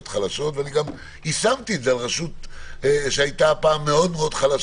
חלשות וגם יישמתי את זה על רשות שהייתה פעם חלשה